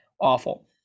Awful